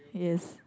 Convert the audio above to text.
yes